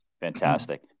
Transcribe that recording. Fantastic